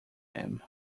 him